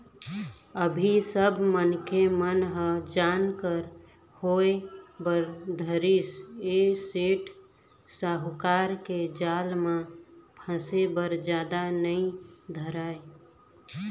अभी सब मनखे मन ह जानकार होय बर धरिस ऐ सेठ साहूकार के जाल म फसे बर जादा नइ धरय